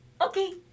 Okay